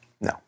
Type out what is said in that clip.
No